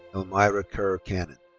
elmira kerr cannon.